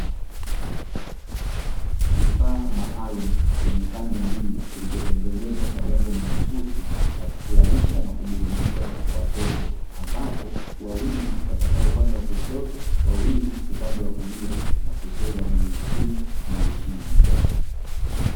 Kifaa maalumu chenye pande mbili kilichotengenezwa kwa lengo mahususi la kufurahisha na kuburudisha watoto ambapo wawili watakaa upande wa kushoto, wawili watakaa upande wa kulia na kucheza juu chini, juu chini.